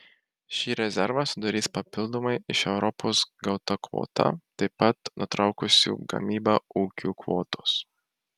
šį rezervą sudarys papildomai iš europos gauta kvota taip pat nutraukusių gamybą ūkių kvotos